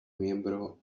miembro